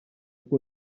può